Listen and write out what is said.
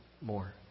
more